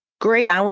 great